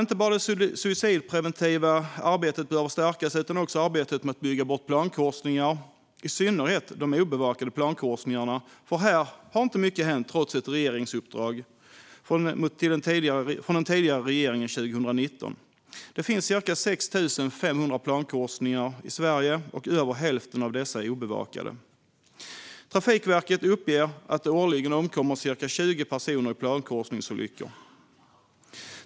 Inte bara det suicidpreventiva arbetet behöver stärkas utan också arbetet med att bygga bort plankorsningar, i synnerhet obevakade plankorsningar, för här har inte mycket hänt trots ett regeringsuppdrag från den tidigare regeringen 2019. Det finns cirka 6 500 plankorsningar i Sverige, och över hälften av dessa är obevakade. Trafikverket uppger att det årligen omkommer cirka 20 personer i plankorsningsolyckor.